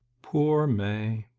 poor may!